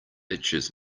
itches